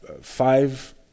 five